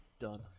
done